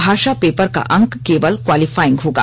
भाषा पेपर का अंक केवल क्वालिफाइंग होगा